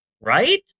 right